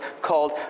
called